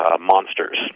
monsters